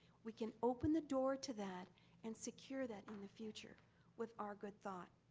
we can open the door to that and secure that in the future with our good thought.